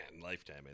lifetime